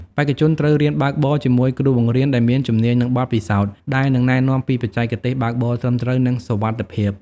បេក្ខជនត្រូវរៀនបើកបរជាមួយគ្រូបង្រៀនដែលមានជំនាញ និងបទពិសោធន៍ ដែលនឹងណែនាំពីបច្ចេកទេសបើកបរត្រឹមត្រូវ និងសុវត្ថិភាព។